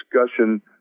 discussion